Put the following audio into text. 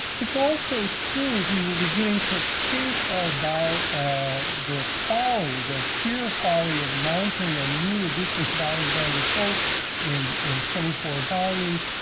it's also true, as we were beginning to think about the folly, the sheer folly of mounting a new edition of alexander pope in in twenty four volumes,